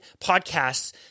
podcasts